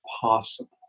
possible